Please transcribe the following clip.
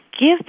give